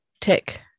tick